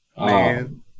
Man